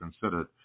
considered